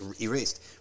erased